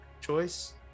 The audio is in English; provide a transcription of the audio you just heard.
choice